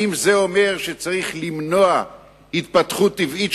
האם זה אומר שצריך למנוע התפתחות טבעית